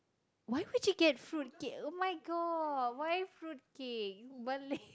why would you get fruit cake oh-my-god why fruit cake you Malay